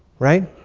right?